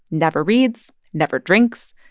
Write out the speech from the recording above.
never reads, never drinks,